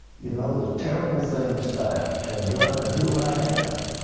you know the terrible things i have done and who i am.